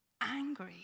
angry